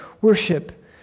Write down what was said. worship